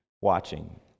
watching